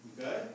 Okay